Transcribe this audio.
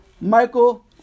Michael